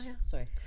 Sorry